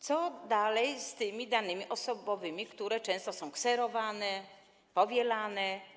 Co dalej z tymi danymi osobowymi, które są często kserowane, powielane?